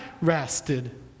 rested